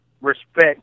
respect